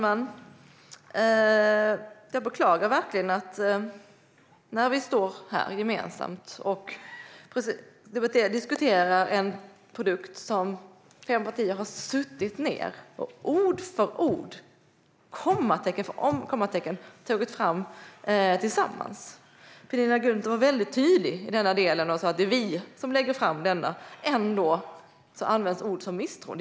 Fru talman! Vi står nu här gemensamt och diskuterar en produkt som fem partier har suttit ned och ord för ord och kommatecken för kommatecken tagit fram tillsammans. Penilla Gunther var väldigt tydlig i denna del och sa att det är vi som lägger fram detta. Jag beklagar verkligen att ord som "misstro" ändå används.